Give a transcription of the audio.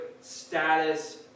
status